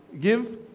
give